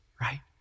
right